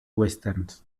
westerns